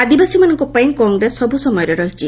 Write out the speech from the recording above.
ଆଦିବାସୀମାନଙ୍କ ପାଇଁ କଂଗ୍ରେସ ସବୁସମୟରେ ରହିଛି